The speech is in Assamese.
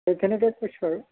সেইখিনিকে কৈছো আৰু